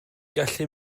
gallu